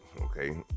okay